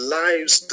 lives